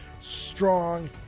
strong